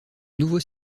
nouveau